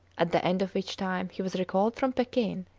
at the end of which time he was recalled from pekin,